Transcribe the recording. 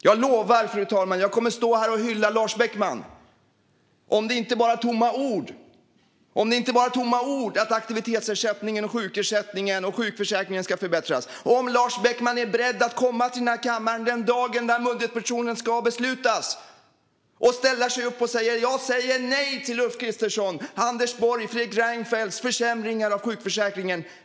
Jag lovar, fru talman, att jag kommer att stå här och hylla Lars Beckman om det inte bara är tomma ord att aktivitetsersättningen, sjukersättningen och sjukförsäkringen ska förbättras och om Lars Beckman är beredd att komma till den här kammaren den dagen budgetmotionen ska beslutas och ställa sig upp och säga: Jag säger nej till Ulf Kristerssons, Anders Borgs och Fredrik Reinfeldts försämringar av sjukförsäkringen!